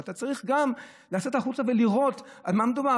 אבל אתה צריך גם לצאת החוצה ולראות על מה מדובר.